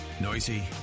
noisy